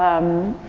um,